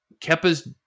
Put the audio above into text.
Keppa's